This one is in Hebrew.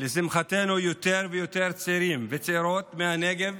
לשמחתנו יותר ויותר צעירים וצעירות מהנגב,